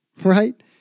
right